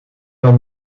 wel